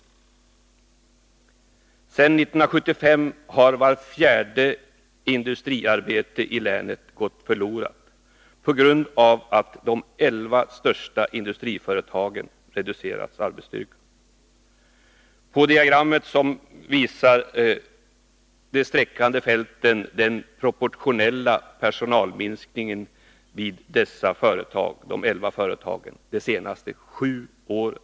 Sedan 1975 har vart fjärde industriarbete i länet gått förlorat på grund av att de elva största industriföretagen reducerat arbetsstyrkan. På bild 2:s diagram visar de streckade fälten den proportionella personalminskningen vid dessa elva företag de senaste sju åren.